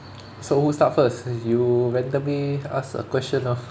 so who start first you randomly ask a question ah